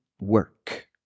work